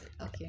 okay